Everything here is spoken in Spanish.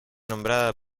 nombrada